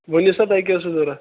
ؤنِو سا تۄہہِ کیٛاہ اوسوٕ ضروٗرت